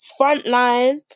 frontline